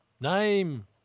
name